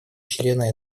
члена